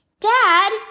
Dad